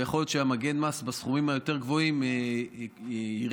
ויכול להיות שמגן המס בסכומים הגבוהים יותר ירד.